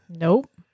Nope